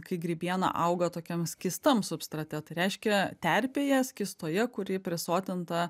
kai grybiena auga tokiam skystam substrate tai reiškia terpėje skystoje kurį prisotinta